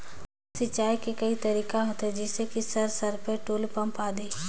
सिंचाई के कई तरीका होथे? जैसे कि सर सरपैट, टुलु पंप, आदि?